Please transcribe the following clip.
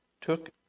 took